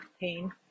pain